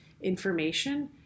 information